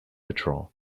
patrol